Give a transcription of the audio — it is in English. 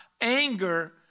anger